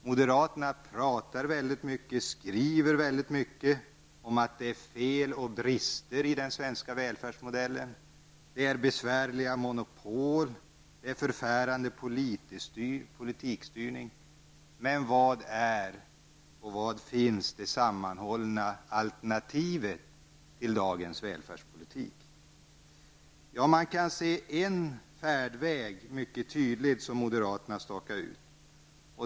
Moderaterna pratar väldigt mycket och skriver väldigt mycket om att det är fel och brister i den svenska välfärdsmodellen. Det är besvärliga monopol, och det är en förfärande politikers styrning. Men var finns det sammanhållna alternativet till dagens välfärdspolitik? Man kan mycket tydligt se en färdväg som moderaterna stakar ut.